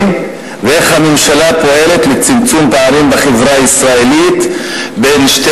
ואיך הממשלה פועלת לצמצום פערים בחברה הישראלית לגבי שתי